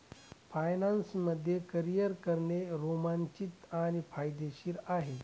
finance मध्ये career करणे रोमांचित आणि फायदेशीर आहे